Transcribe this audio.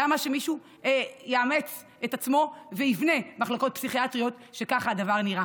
למה שמישהו יאמץ את עצמו ויבנה מחלקות פסיכיאטריות כשככה הדבר נראה?